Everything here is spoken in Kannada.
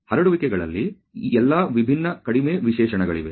ಹರಡುವಿಕೆಗಳಲ್ಲಿ ಎಲ್ಲಾ ವಿಭಿನ್ನ ಕಡಿಮೆ ವಿಶೇಷಣಗಳಿವೆ